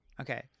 Okay